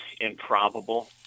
improbable